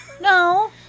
no